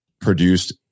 produced